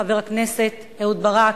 חבר הכנסת אהוד ברק,